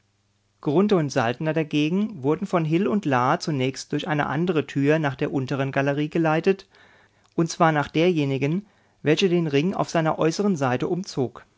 und saltner dagegen wurden von hil und la zunächst durch eine andere tür nach der unteren galerie geleitet und zwar nach derjenigen welche den ring auf seiner äußeren seite umzog